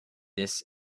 that